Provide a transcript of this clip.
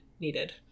needed